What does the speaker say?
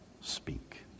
speak